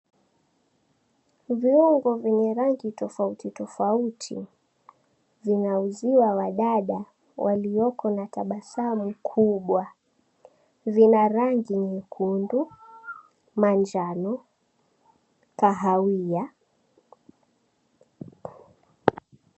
Viungo vyenye rangi tofauti tofauti vinauziwa wadada walioko na tabasamu kubwa. Vina rangi nyekundu, manjano, kahawia